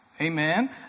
Amen